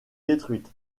détruite